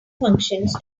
functions